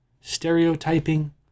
stereotyping